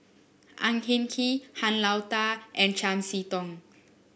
Ang Hin Kee Han Lao Da and Chiam See Tong